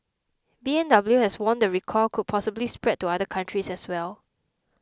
B M W has warned the recall could possibly spread to other countries as well